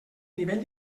nivell